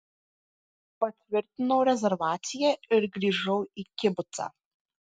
patvirtinau rezervaciją ir grįžau į kibucą